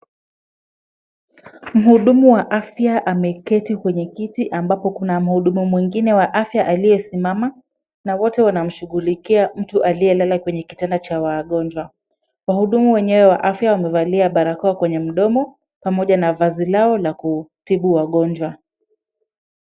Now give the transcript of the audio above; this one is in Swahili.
Mhudumu wa afya ameketi kwenye kiti ambapo kuna mhudumu mwingine wa afya aliyesimama na wote wanamshughulikia mtu aliyelala kwenye kitanda cha wagonjwa. Wahudumu wenyewe wa afya wamevalia barakoa kwenye mdomo pamoja na vazi lao la kutibu wagonjwa.